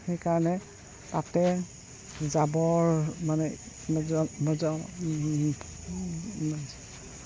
সেইকাৰণে তাতে জাবৰ মানে